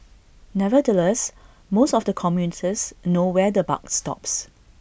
nevertheless most of the commuters know where the buck stops